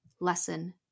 lesson